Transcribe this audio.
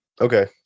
Okay